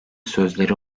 sözleri